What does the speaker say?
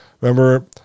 remember